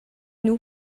nous